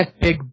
big